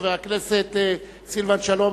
חבר הכנסת סילבן שלום,